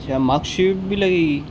mark sheet بھی لگے گی